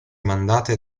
mandate